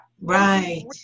right